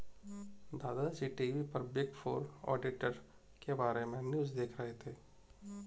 दादा जी टी.वी पर big four auditor के बारे में न्यूज़ देख रहे थे